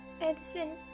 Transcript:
Edison